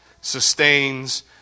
sustains